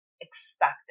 expected